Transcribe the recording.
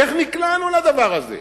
איך נקלענו לדבר הזה?